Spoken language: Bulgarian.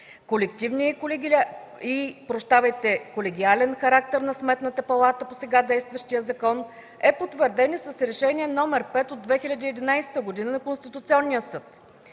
Колективният и колегиален характер на Сметната палата по сега действащият закон е потвърден и с Решение № 5 от 2011 г. на Конституционния съд.